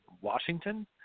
Washington